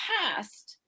past